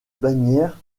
bagnères